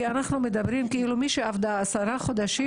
כי אנחנו אומרים שמי שעבדה 10 חודשים,